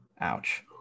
ouch